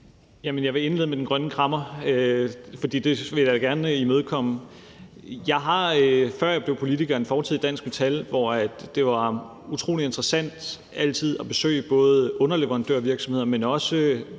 jeg vil indlede med den grønne krammer, for det vil jeg da gerne imødekomme. Jeg har, før jeg blev politiker, en fortid i Dansk Metal, hvor det altid var utrolig interessant at besøge både underleverandørvirksomheder, men også